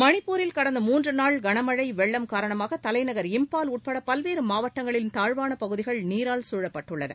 மணிப்பூரில் கடந்த மூன்று நாள் கனமழை வெள்ளம் காரணமாக தலைநகர் இம்பால் உட்பட பல்வேறு மாவட்டங்களின் தாழ்வான பகுதிகள் நீரால் சூழப்பட்டுள்ளன